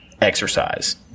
exercise